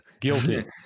Guilty